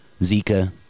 Zika